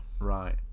right